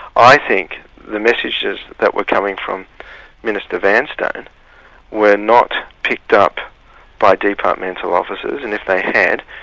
i think the messages that were coming from minister vanstone were not picked up by departmental officers, and if they had,